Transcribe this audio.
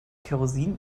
kerosin